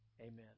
Amen